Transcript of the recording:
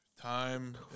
time